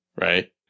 Right